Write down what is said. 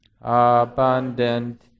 Abundant